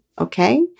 Okay